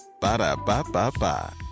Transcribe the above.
Ba-da-ba-ba-ba